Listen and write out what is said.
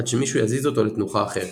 עד שמישהו יזיז אותו לתנוחה אחרת).